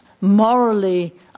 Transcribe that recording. morally